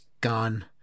gone